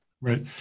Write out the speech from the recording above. Right